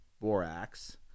Borax